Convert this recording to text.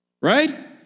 Right